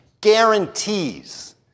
guarantees